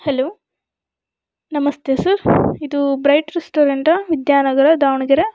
hello ನಮಸ್ತೆ sir ಇದು bright ರೆಸ್ಟೋರೆಂಟಾ ವಿದ್ಯಾನಗರ ದಾವಣಗೆರೆ